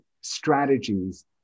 strategies